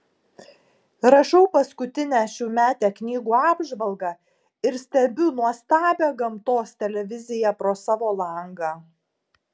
rašau paskutinę šiųmetę knygų apžvalgą ir stebiu nuostabią gamtos televiziją pro savo langą